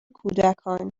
کودکان